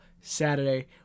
Saturday